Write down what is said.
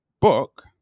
book